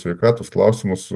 sveikatos klausimus